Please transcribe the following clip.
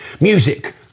Music